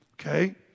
Okay